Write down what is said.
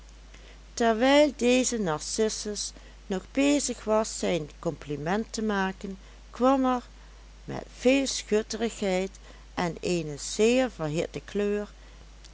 terwijl deze narcissus nog bezig was zijn compliment te maken kwam er met veel schutterigheid en eene zeer verhitte kleur